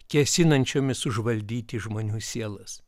kėsinančiomis užvaldyti žmonių sielas